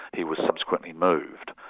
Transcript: he was subsequently moved,